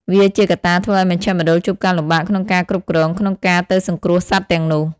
វាជាកត្តាធ្វើឱ្យមជ្ឈមណ្ឌលជួបការលំបាកក្នុងការគ្រប់គ្រង ក្នុងការទៅសង្គ្រោះសត្វទាំងនោះ។